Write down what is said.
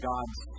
Gods